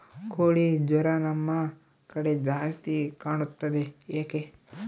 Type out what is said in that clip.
ಕೋಳಿ ಜ್ವರ ನಮ್ಮ ಕಡೆ ಜಾಸ್ತಿ ಕಾಣುತ್ತದೆ ಏಕೆ?